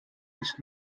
nicht